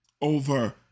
over